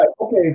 okay